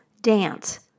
dance